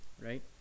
right